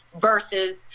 versus